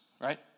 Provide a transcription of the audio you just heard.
right